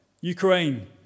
Ukraine